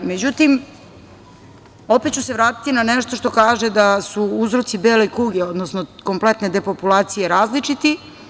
Međutim, opet ću se vratiti na nešto što kaže da su uzroci bele kuge, odnosno kompletne depopulacije različiti.